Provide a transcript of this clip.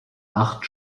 acht